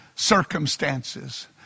circumstances